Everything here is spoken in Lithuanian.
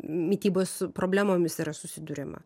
mitybos problemomis yra susiduriama